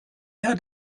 had